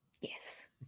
Yes